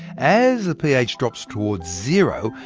as the ph drops toward zero,